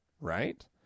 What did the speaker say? right